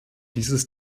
dieses